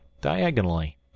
diagonally